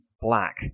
Black